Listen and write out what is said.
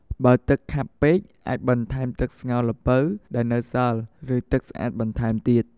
បើទឹកខាប់ពេក អាចបន្ថែមទឹកស្ងោរល្ពៅដែលនៅសល់ ឬទឹកស្អាតបន្ថែមទៀត។